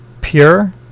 pure